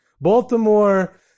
Baltimore